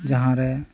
ᱡᱟᱦᱟᱸ ᱨᱮ